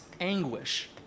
anguish